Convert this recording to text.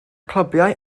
clybiau